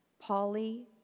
Polly